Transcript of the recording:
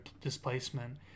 displacement